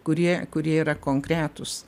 kurie kurie yra konkretūs